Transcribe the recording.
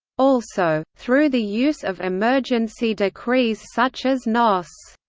also, through the use of emergency decrees such as nos.